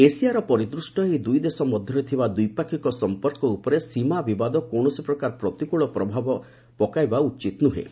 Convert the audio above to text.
ଏସିଆର ପରିଦୃଷ୍ଟ ଏହି ଦୁଇଦେଶ ମଧ୍ୟରେ ଥିବା ଦ୍ୱିପାକ୍ଷିକ ସଂପର୍କ ଉପରେ ସୀମା ବିବାଦ କୌଣସି ପ୍ରକାର ପ୍ରତିକୂଳ ପ୍ରଭାବ ଉଚିତ ନୁହେଁ